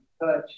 touch